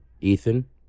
Ethan